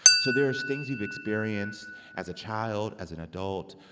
so there is things you've experienced as a child, as an adult,